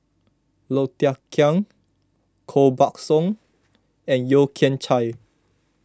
Low Thia Khiang Koh Buck Song and Yeo Kian Chye